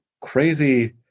crazy